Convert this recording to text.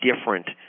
different